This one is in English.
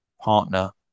partner